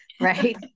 right